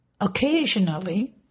occasionally